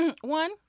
One